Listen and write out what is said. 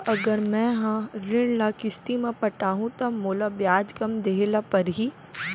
का अगर मैं हा ऋण ल किस्ती म पटाहूँ त मोला ब्याज कम देहे ल परही?